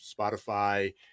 Spotify